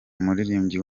umuririmbyi